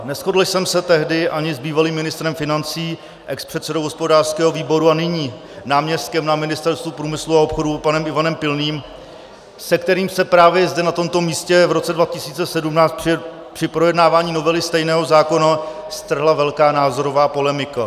Neshodl jsem se tehdy ani s bývalým ministrem financí, expředsedou hospodářského výboru a nyní náměstkem na Ministerstvu průmyslu a obchodu panem Ivanem Pilným, se kterým se právě zde na tomto místě v roce 2017 při projednávání novely stejného zákona strhla velká názorová polemika.